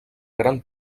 gran